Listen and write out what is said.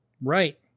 Right